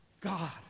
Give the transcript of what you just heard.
God